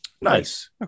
Nice